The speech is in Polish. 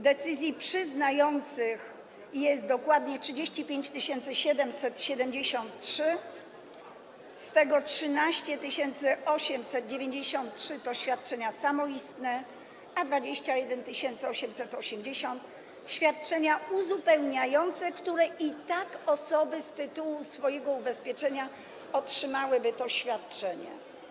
Decyzji przyznających jest dokładnie 35 773, z tego 13 893 to świadczenia samoistne, a 21 880 to świadczenia uzupełniające, które i tak... osoby z tytułu swojego ubezpieczenia otrzymałyby to świadczenie.